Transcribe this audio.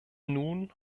nun